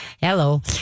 Hello